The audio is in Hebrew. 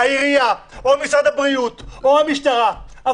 העירייה, או משרד הבריאות, או המשטרה.